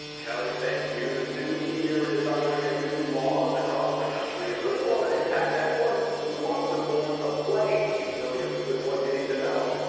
kelly, thank you. the new year is ushering in new laws across the country, including one that impacts anyone who wants to board a plane. pete williams, with what you need to know.